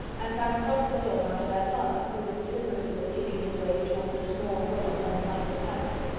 and ran across the lawn after their father, who was deliberately pursuing his way towards a small wood on one side of the paddock.